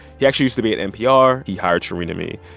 he actually used to be at npr. he hired shereen and me.